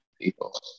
people